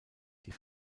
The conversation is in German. die